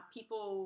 People